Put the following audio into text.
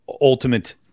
ultimate